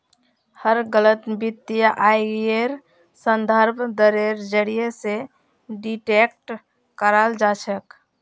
हर गलत वित्तीय आइर संदर्भ दरेर जरीये स डिटेक्ट कराल जा छेक